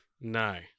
No